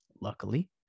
Luckily